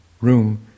room